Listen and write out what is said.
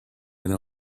went